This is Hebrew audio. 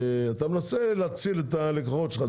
אתה מנסה להציל את הלקוחות שלך,